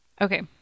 Okay